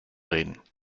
reden